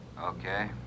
Okay